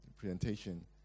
presentation